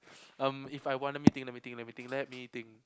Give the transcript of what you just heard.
um if I want let me think let me think let me think let me think